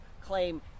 claim